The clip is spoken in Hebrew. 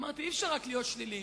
אמרתי שאי-אפשר להיות רק שליליים,